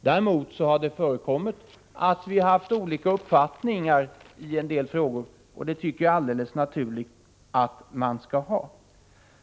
Däremot har vi haft olika uppfattningar i en del frågor, och det är alldeles naturligt att så är fallet.